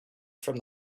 from